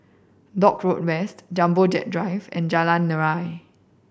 Dock Road West Jumbo Jet Drive and Jalan Nira